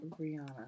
Brianna